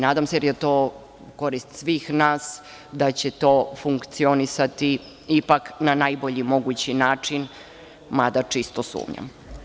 Nadam se, jer je to u korist svih nas, da sve to funkcioniše ipak na najbolji mogući način, mada čisto sumnjam.